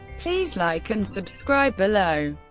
please like and subscribe below.